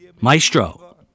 Maestro